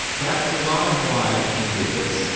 that was a lot of why he did this.